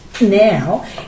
now